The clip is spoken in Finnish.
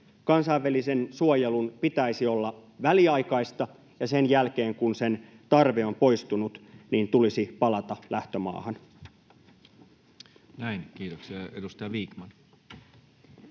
Kansainvälisen suojelun pitäisi olla väliaikaista, ja sen jälkeen, kun sen tarve on poistunut, tulisi palata lähtömaahan. Näin, kiitoksia. — Edustaja Vikman.